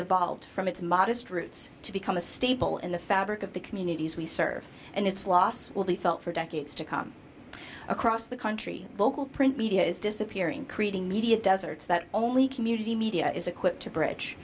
evolved from its modest roots to become a staple in the fabric of the communities we serve and its loss will be felt for decades to come across the country local print media is disappearing creating media deserts that only community media is equipped to bridge